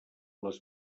les